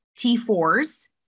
T4s